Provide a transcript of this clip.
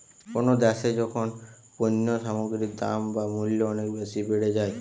কোনো দ্যাশে যখন পণ্য সামগ্রীর দাম বা মূল্য অনেক বেশি বেড়ে যায়